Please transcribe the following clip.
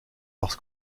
parce